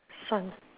fun